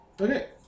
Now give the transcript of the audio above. Okay